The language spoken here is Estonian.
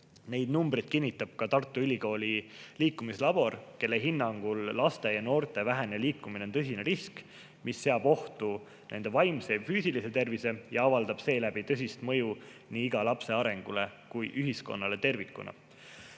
Neid numbreid kinnitab ka Tartu Ülikooli liikumislabor, kelle hinnangul on laste ja noorte vähene liikumine tõsine risk, mis seab ohtu nende vaimse ja füüsilise tervise ja avaldab seeläbi tõsist mõju nii iga lapse arengule kui ka ühiskonnale tervikuna. Sellest